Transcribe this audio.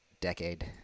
decade